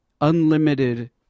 Unlimited